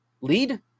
lead